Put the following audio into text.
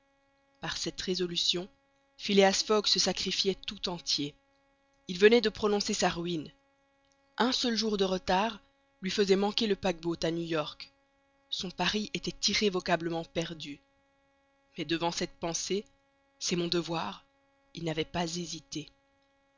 par cette résolution phileas fogg se sacrifiait tout entier il venait de prononcer sa ruine un seul jour de retard lui faisait manquer le paquebot à new york son pari était irrévocablement perdu mais devant cette pensée c'est mon devoir il n'avait pas hésité